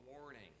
warning